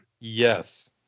Yes